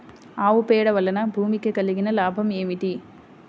ఆవు పేడ వలన భూమికి కలిగిన లాభం ఏమిటి?